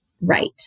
right